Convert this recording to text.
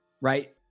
right